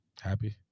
Happy